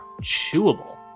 chewable